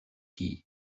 tea